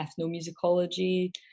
ethnomusicology